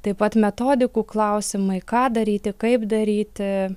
taip pat metodikų klausimai ką daryti kaip daryti